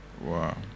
Wow